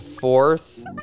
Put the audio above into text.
fourth